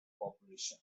population